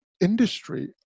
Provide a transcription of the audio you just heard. industry